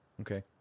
Okay